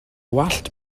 wallt